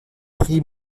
prix